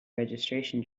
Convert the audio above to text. registration